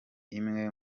imwe